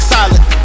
Solid